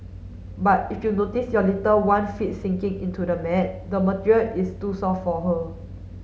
but if you notice your little one feet sinking into the mat the material is too soft for her